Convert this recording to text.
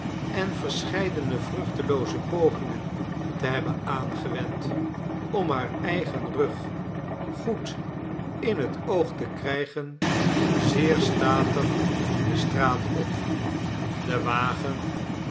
en verscheidene vruchtelooze pogingen te hebben aangewend om haar eigen rug goed in het oog te krijgen zeer statig de straat op de wagen